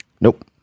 Nope